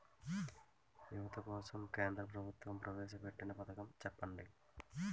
యువత కోసం కేంద్ర ప్రభుత్వం ప్రవేశ పెట్టిన పథకం చెప్పండి?